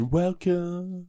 welcome